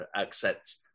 accept